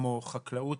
כמו חקלאות,